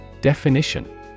Definition